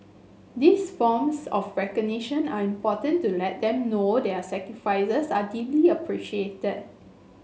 these forms of recognition are important to let them know their sacrifices are deeply appreciated